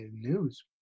news